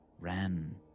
ran